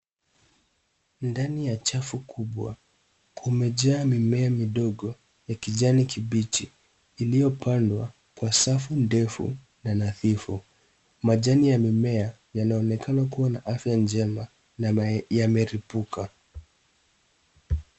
Ndani ya chafu kubwa, kumejaa mimea midogo ya kijani kibichi iliyopandwa kwa safu ndefu na nadhifu. Majani ya mimea yanaonekana kuwa na afya njema na yameripuka.